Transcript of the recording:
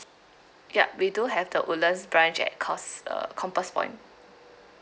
ya we do have the woodlands branch at because~ uh compass point